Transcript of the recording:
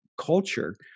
culture